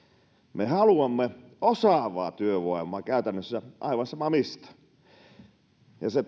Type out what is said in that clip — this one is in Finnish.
me haluamme osaavaa työvoimaa käytännössä aivan sama mistä ja se